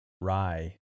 rye